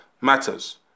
matters